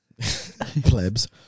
plebs